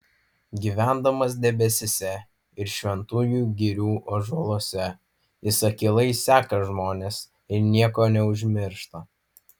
gyvendamas debesyse ir šventųjų girių ąžuoluose jis akylai seka žmones ir nieko neužmiršta